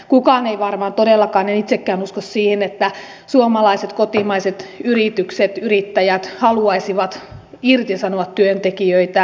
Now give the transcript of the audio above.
kukaan ei varmaan todellakaan halua en itsekään usko siihen että suomalaiset kotimaiset yritykset yrittäjät haluaisivat irtisanoa työntekijöitään